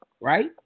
right